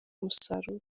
umusaruro